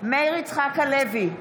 מאיר יצחק הלוי,